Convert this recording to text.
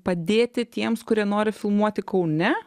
padėti tiems kurie nori filmuoti kaune